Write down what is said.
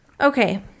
okay